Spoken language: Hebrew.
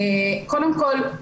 קודם כל,